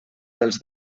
dels